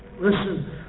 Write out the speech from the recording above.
Listen